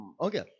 Okay